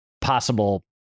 possible